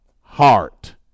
heart